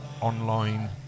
online